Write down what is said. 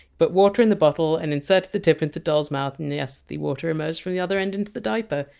but water in the bottle and inserted the tip into doll's mouth, and yes, the water emerged from the other end into the diaper.